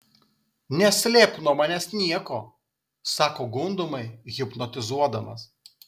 neslėpk nuo manęs nieko sako gundomai hipnotizuodamas